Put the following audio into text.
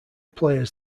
players